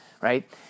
Right